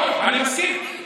מסכים,